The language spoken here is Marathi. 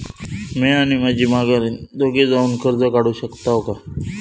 म्या आणि माझी माघारीन दोघे जावून कर्ज काढू शकताव काय?